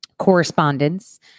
Correspondence